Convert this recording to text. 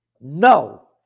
No